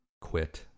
quit